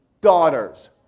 Daughters